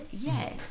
Yes